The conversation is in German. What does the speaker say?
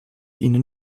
ihnen